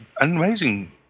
amazing